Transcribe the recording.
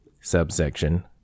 Subsection